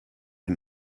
the